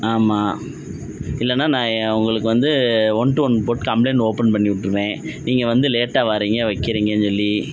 ஆமாம் இல்லைனா நான் உங்களுக்கு வந்து ஒன் டு ஒன் போட்டு கம்ப்ளைண்ட் ஓப்பன் பண்ணிவிட்டுருவேன் நீங்கள் வந்து லேட்டாக வாரீங்க வைக்கிறீங்கன்னு சொல்லி